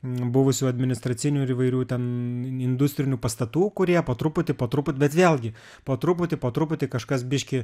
buvusių administracinių ir įvairių ten industrinių pastatų kurie po truputį po truputį bet vėlgi po truputį po truputį kažkas biškį